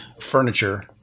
Furniture